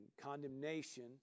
condemnation